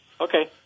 okay